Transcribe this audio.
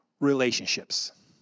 Relationships